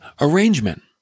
arrangement